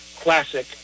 Classic